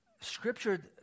Scripture